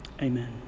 Amen